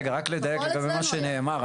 רגע, רק לדייק לגבי מה שנאמר.